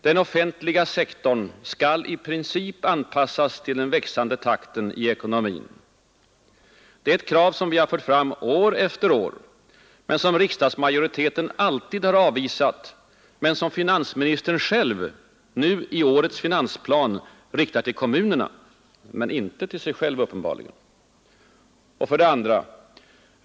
Den offentliga sektorn skall i princip anpassas till den växande takten i ekonomin. Det är ett krav som vi fört fram år efter år och som riksdagsmajoriteten alltid avvisat men som finansministern i årets finansplan riktar till kommunerna — inte till sig själv, uppenbarligen. 2.